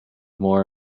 more